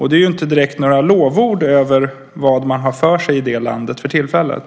Det är inte direkt några lovord över vad man har för sig i det landet för tillfället.